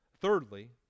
Thirdly